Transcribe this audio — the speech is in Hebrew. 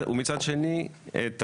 ומצד שני, את